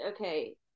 Okay